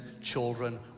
children